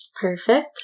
Perfect